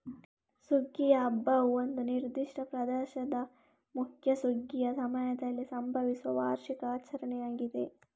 ಸುಗ್ಗಿಯ ಹಬ್ಬವು ಒಂದು ನಿರ್ದಿಷ್ಟ ಪ್ರದೇಶದ ಮುಖ್ಯ ಸುಗ್ಗಿಯ ಸಮಯದಲ್ಲಿ ಸಂಭವಿಸುವ ವಾರ್ಷಿಕ ಆಚರಣೆಯಾಗಿದೆ